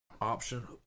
option